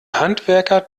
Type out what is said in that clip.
handwerker